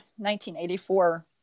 1984